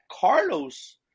Carlos